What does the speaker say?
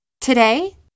Today